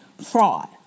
fraud